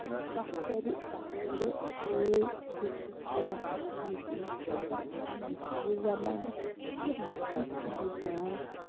کانٛہہ کَرِ کانٛہہ کَرِ اے بہٕ چھُس یہِ نَفر تہٕ مےٚ چھِ یِتھٕ کٔنۍ کَتھ کَرٕنۍ مےٚ چھِ یہِ زَبان مگر نہَ تہِ چھُنہٕ حظ چلان کیٚنٛہہ